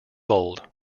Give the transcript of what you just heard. bold